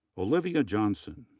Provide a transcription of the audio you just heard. olivia johnson,